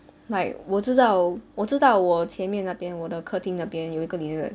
like 我知道我知道我前面那边我的客厅那边有一个 lizard